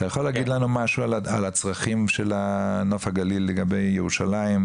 אתה יכול להגיד לנו משהו על הצרכים של נוף הגליל לגבי ירושלים,